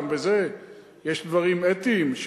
גם בזה יש דברים אתיים.